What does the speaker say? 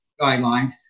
guidelines